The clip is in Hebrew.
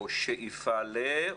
או שאיפה ל...?